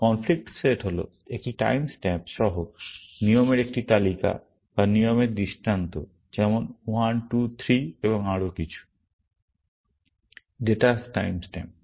conflict set হল একটি time stamp সহ নিয়মের একটি তালিকা বা নিয়মের দৃষ্টান্ত যেমন 1 2 3 এবং আরও কিছু ডেটার টাইম স্ট্যাম্প